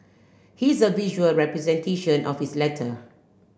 here's a visual representation of his letter